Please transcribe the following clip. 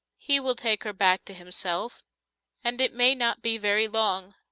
he will take her back to himself and it may not be very long!